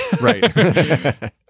right